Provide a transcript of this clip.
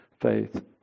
faith